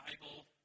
Bible